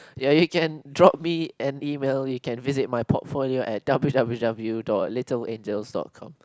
ya you can drop me an email you can visit my portfolio a w_w_w dot little angels dot com